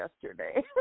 yesterday